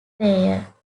player